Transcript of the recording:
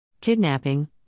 Kidnapping